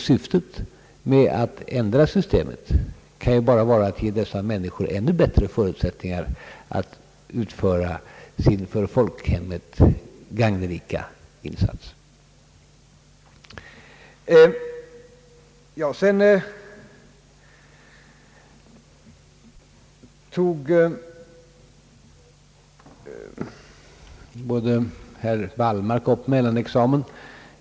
Syftet med att ändra systemet kan ju bara vara att ge dessa människor ännu bättre förutsättningar att utföra sin för folkhemmet gagneliga insats. Herr Wallmark tog upp mellanexamen.